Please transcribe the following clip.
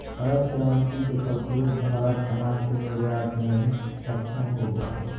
हरित क्रांति के फलस्वरूप भारत अनाज के निर्यात में भी सक्षम हो गया